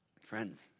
Friends